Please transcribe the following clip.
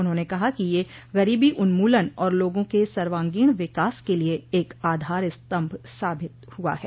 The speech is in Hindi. उन्होंने कहा कि यह गरीबी उन्मूलन और लोगों के सर्वांगीण विकास के लिये एक आधार स्तम्भ साबित हुआ है